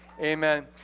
Amen